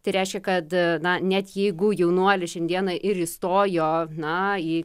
tai reiškia kad na net jeigu jaunuolis šiandieną ir įstojo na į